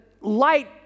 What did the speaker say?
light